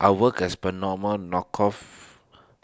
I worked as per normal knocked off